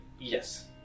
Yes